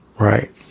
Right